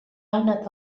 anat